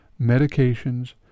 medications